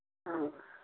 ꯑ